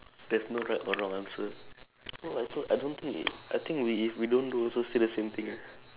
there's no wrong answer oh I don't think it I think we if we don't do also still the same thing eh